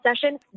session